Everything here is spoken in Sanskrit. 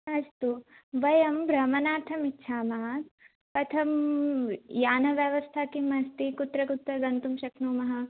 अस्तु वयं भ्रमणार्थम् इच्छामः कथं यानव्यवस्था किम् अस्ति कुत्र कुत्र गन्तुं शक्नुमः